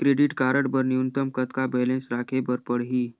Credit card बर न्यूनतम कतका बैलेंस राखे बर पड़ही?